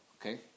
Okay